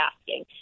asking